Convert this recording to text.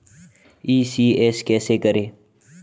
ECS कैसे करें?